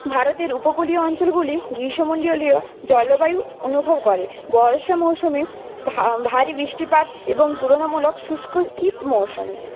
ভারতের উপকূলীয় অঞ্চলগুলি গ্রীষ্ম মণ্ডিয়লীয় জলবায়ু অনুভব করে বর্ষা মরশুমে ভারি বৃষ্টিপাত এবং তুললামূলক শুষ্ক শীত মৌসুমী